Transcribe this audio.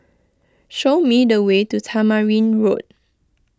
show me the way to Tamarind Road